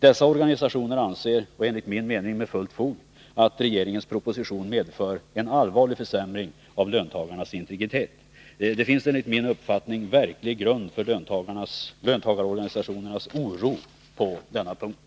Dessa organisationer anser — enligt min mening med fullt fog — att regeringens proposition medför en allvarlig försämring av löntagarnas integritet. Det finns en verklig grund för löntagarorganisationernas oro på denna punkt.